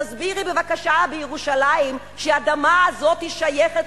תסבירי בבקשה בירושלים שהאדמה הזו שייכת